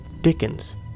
Dickens